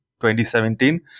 2017